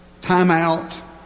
timeout